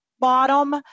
bottom